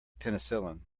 penicillin